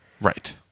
Right